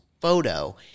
photo